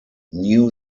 new